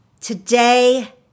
Today